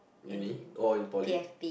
uni or in poly